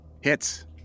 Hits